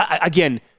Again